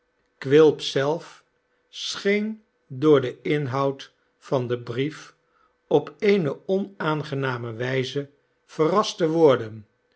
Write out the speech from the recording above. quilp zelf scheen door den inhoud van den brief op eene onaangename wijze verrast te worden